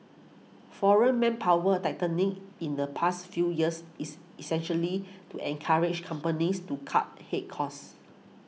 foreign manpower tightening in the past few years is essentially to encourage companies to cut head course